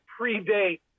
predate